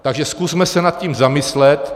Takže zkusme se nad tím zamyslet.